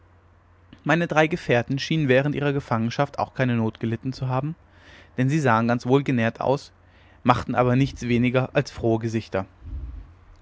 meine drei gefährten schienen während ihrer gefangenschaft auch keine not gelitten zu haben denn sie sahen ganz wohlgenährt aus machten aber nichts weniger als frohe gesichter